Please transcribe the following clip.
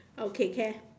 okay can